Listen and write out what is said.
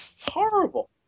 Horrible